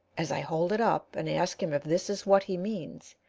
as i hold it up, and ask him if this is what he means,